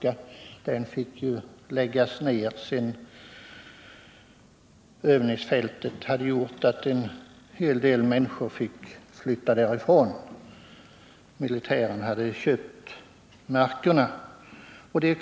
Den fick läggas ned, då tillkomsten av övningsfältet gjorde att en hel del människor måste flytta från bygden. Militären hade köpt markområdena.